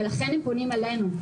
ולכן הם פונים אלינו.